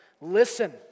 Listen